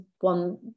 one